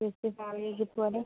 just പോലെ